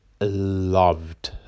loved